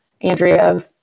Andrea